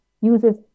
uses